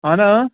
آہنوٗ آ